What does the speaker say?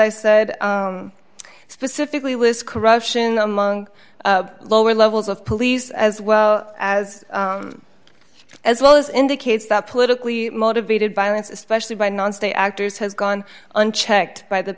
i said specifically lists corruption among lower levels of police as well as as well as indicates that politically motivated violence especially by non state actors has gone unchecked by the